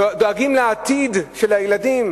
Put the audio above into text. דואגים לעתיד של הילדים,